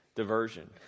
diversion